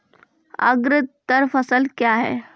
अग्रतर फसल क्या हैं?